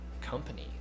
company